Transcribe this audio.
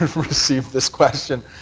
receive this question,